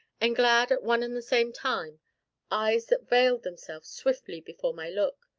and glad at one and the same time eyes that veiled themselves swiftly before my look,